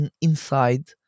inside